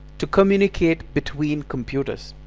to communicate between computers!